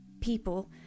people